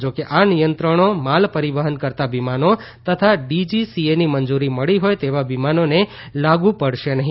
જો કે આ નિયંત્રણો માલ પરીવહન કરતા વિમાનો તથા ડીજીસીએની મંજુરી મળી હોય તેવા વિમાનોને લાગુ પડશે નહી